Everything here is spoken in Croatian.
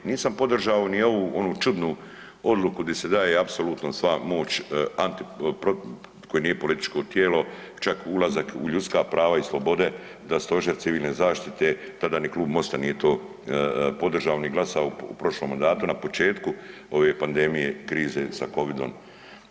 Nisam podržao ni onu čudnu odluku gdje se daje apsolutno sva moć koje nije političko tijelo čak ulazak u ljudska prava i slobode da stožer civilne zaštite, tada ni Klub Mosta nije to podržao ni glasao u prošlom mandatu na početku ove pandemije, krize sa Covid-om.